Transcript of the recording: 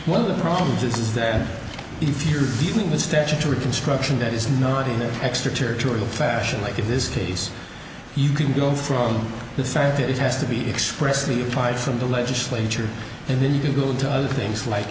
one of the problems is that if you're dealing with statutory construction that is not in the extraterritorial fashion like in this case you can go from the fact that it has to be expressed me apart from the legislature and then you go into other things like